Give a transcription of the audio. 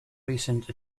recent